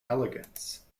elegance